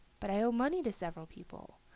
but i owe money to several people.